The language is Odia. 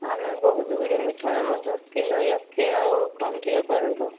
ଆମେ ବହୁତ ଗୁଡ଼ିଏ ମିଠା ନେବୁ କିଲୋ କମ ଟିକେ କରନ୍ତୁ